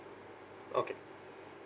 okay